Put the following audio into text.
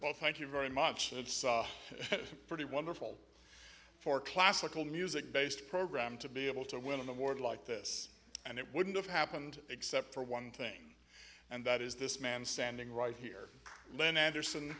well thank you very much it's pretty wonderful for classical music based program to be able to win an award like this and it wouldn't have happened except for one thing and that is this man standing right here len anderson